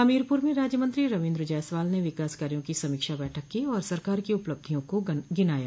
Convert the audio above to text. हमीरपूर में राज्यमंत्री रवीन्द्र जायसवाल ने विकास कार्यो की समीक्षा बैठक की और सरकार की उपलब्धियों का गिनाया